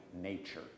nature